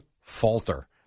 Falter